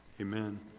Amen